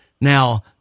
Now